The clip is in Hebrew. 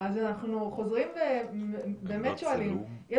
אנחנו יודעים שגם